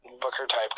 booker-type